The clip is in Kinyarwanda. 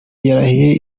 yarahiye